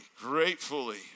gratefully